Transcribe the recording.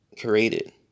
created